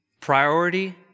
Priority